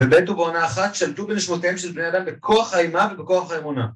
בעת ובעונה אחת שלטו בנשמותיהם של בני אדם בכוח האימה ובכוח האמונה.